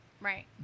Right